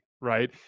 right